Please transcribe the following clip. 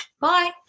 Bye